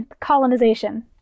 colonization